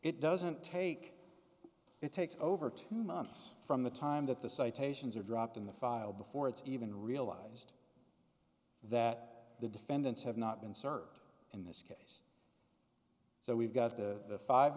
it doesn't take it takes over two months from the time that the citations are dropped in the file before it's even realized that the defendants have not been served in this case so we've got the